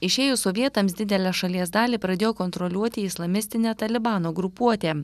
išėjus sovietams didelę šalies dalį pradėjo kontroliuoti islamistinė talibano grupuotė